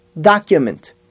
document